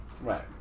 Right